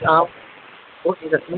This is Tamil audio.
ah okay sir